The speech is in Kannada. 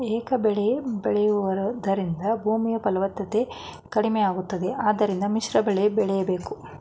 ಏಕಬೆಳೆ ಬೆಳೆಯೂದರಿಂದ ಭೂಮಿ ಫಲವತ್ತತೆ ಕಡಿಮೆಯಾಗುತ್ತದೆ ಆದ್ದರಿಂದ ಮಿಶ್ರಬೆಳೆ ಬೆಳೆಯಬೇಕು